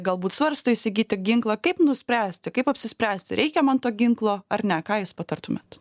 galbūt svarsto įsigyti ginklą kaip nuspręsti kaip apsispręsti reikia man to ginklo ar ne ką jūs patartumėt